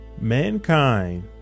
Mankind